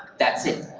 that's it.